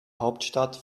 hauptstadt